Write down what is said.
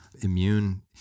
immune